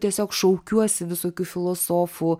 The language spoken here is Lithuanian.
tiesiog šaukiuosi visokių filosofų